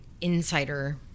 insider